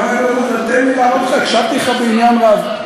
תן לי לענות לך, הקשבתי לך בעניין רב.